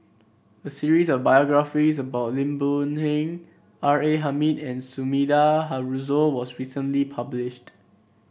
a series of biographies about Lim Boon Heng R A Hamid and Sumida Haruzo was recently published